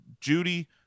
Judy